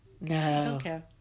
No